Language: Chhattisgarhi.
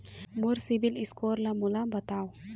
मोर सीबील स्कोर ला मोला बताव?